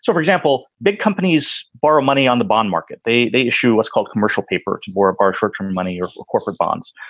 so for example, big companies borrow money on the bond market. they they issue what's called commercial paper, more bartrop from money or corporate bonds.